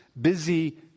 busy